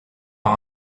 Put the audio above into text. par